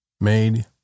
made